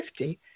50